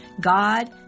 God